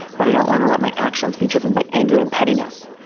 but i don't want to let my actions be driven by anger and pettiness.